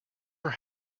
your